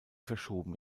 verschoben